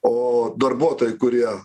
o darbuotojai kurie